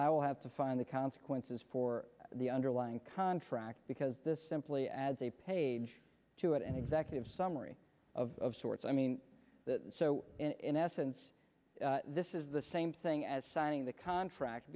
will have to find the consequences for the underlying contract because this simply adds a page to an executive summary of sorts i mean so in essence this is the same thing as signing the contract